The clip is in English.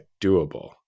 doable